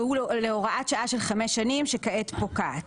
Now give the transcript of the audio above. והוא להוראת שעה של חמש שנים שכעת פוקעת.